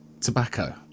tobacco